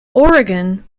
oregon